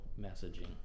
messaging